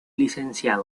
lic